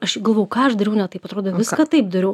aš galvojau ką aš dariau ne taip atrodo viską taip dariau